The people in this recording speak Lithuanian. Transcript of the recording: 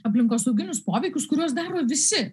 aplinkosauginius poveikius kuriuos daro visi